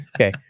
Okay